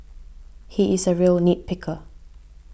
he is a real nit picker